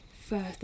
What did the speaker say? further